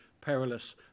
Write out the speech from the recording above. perilous